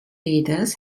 leaders